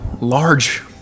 large